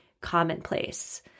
commonplace